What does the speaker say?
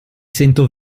sento